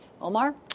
Omar